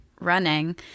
running